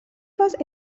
was